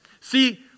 See